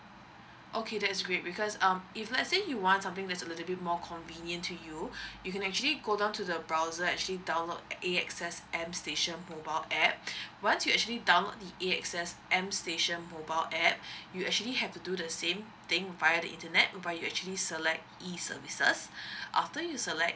okay that's great because um if let's say you want something that's a little bit more convenient to you you can actually go down to the browser actually download A_X_S M station mobile A_P_P once you actually download the A_X_S M station mobile A_P_P you actually have to do the same thing via the internet but you actually select E_services after you select